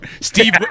Steve